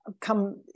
come